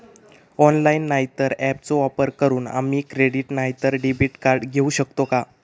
Online नाय तर ऍपचो वापर करून आम्ही क्रेडिट नाय तर डेबिट कार्ड घेऊ शकतो का?